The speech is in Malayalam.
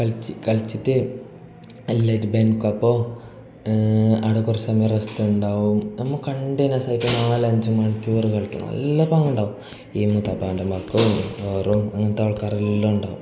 കളിച്ചു കളിച്ചിട്ട് എല്ലാമായിട്ട് ബെങ്കപ്പോൾ ആടെ കുറച്ച് സമയം റെസ്റ്റുണ്ടാകും നമ്മൾ കണ്ടിന്യുവസായിട്ട് നാലഞ്ച് മണിക്കൂർ കളിക്കും നല്ല പാങ്ങുണ്ടാകും ഈ മൂത്താപ്പാൻ്റെ മക്കളും ഓരും അങ്ങനത്തെ ആൾക്കാരെല്ലാം ഉണ്ടാകും